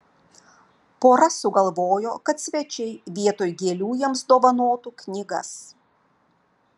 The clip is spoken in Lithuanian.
pora sugalvojo kad svečiai vietoj gėlių jiems dovanotų knygas